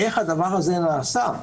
איך הדבר הזה נעשה?